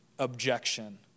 objection